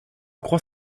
crois